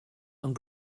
and